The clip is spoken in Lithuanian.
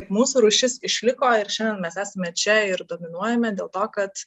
mūsų rūšis išliko ir šiandien mes esame čia ir dominuojame dėl to kad